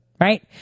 Right